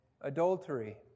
adultery